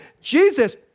Jesus